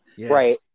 right